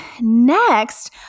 next